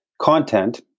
content